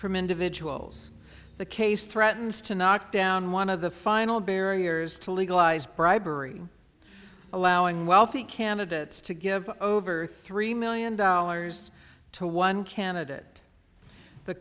from individuals the case threatens to knock down one of the final barriers to legalized bribery allowing wealthy candidates to give over three million dollars to one candidate the